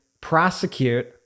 prosecute